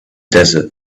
desert